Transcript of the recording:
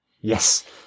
Yes